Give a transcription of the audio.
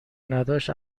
نداشت